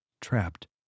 Trapped